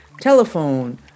telephone